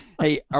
Hey